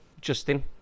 Justin